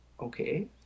okay